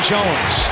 Jones